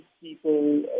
people